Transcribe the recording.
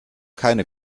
keine